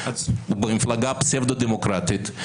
במפלגה הפסבדו-דמוקרטית,